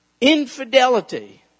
Infidelity